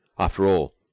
after all,